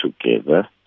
together